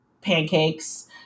Pancakes